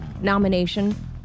nomination